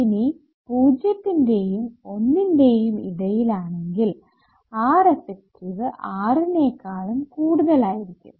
ഇനി 0 ത്തിന്റെയും 1 ന്റെയും ഇടയിൽ ആണെങ്കിൽ Reffective R നേകാളും കൂടുതൽ ആയിരിക്കും